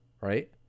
right